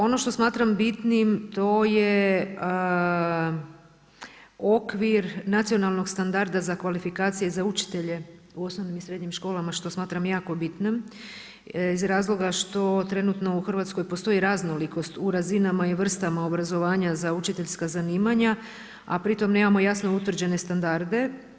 Ono što smatram bitnim, to je okvir nacionalnog standarda za kvalifikacije za učitelje u osnovnim i srednjim školama, što smatram jako bitnim iz razloga što trenutno u Hrvatskoj postoji raznolikost u razinama u vrstama obrazovanja za učiteljska zanimanja a pritom nemamo jasno utvrđene standarde.